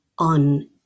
on